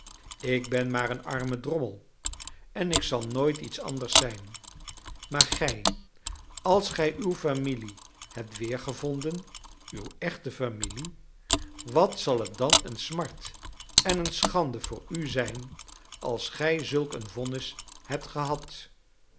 ik ben maar een arme drommel en ik zal nooit iets anders zijn maar gij als gij uw familie hebt weergevonden uw echte familie wat zal het dan een smart en een schande voor u zijn als gij zulk een vonnis hebt gehad